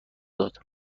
داد